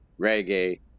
reggae